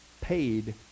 paid